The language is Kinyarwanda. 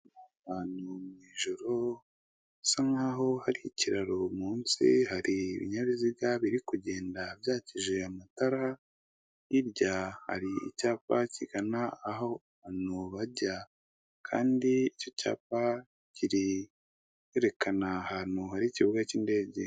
Ahantu mu ijoro bisa nkaho hari ikiraro munsi hari ibinyabiziga biri kugenda byakije amatara, hirya hari icyapa kigana aho abantu bajya kandi icyo cyapa kirerekana ahantu hari ikibuga k'indege.